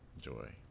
Joy